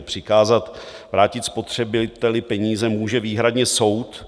Přikázat vrátit spotřebiteli peníze může výhradně soud.